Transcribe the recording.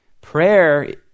Prayer